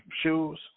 shoes